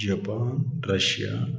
Japan Russia